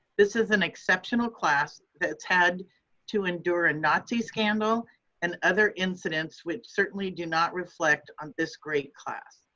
this is an exceptional class that's had to endure a nazi scandal and other incidents which certainly do not reflect on this great class.